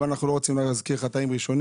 אבל אנחנו לא רוצים להזכיר חטאים ראשונים